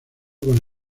con